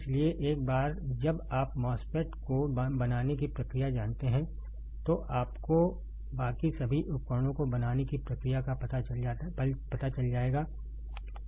इसलिए एक बार जब आप MOSFET को बनाने की प्रक्रिया जानते हैं तो आपको बाकी सभी उपकरणों को बनाने की प्रक्रिया का पता चल जाएगा